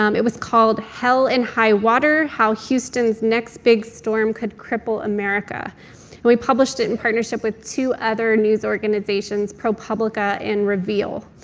um it was called, hell and high water how houston's next big storm could cripple america. and we published it in partnership with two other news organizations, propublica and reveal.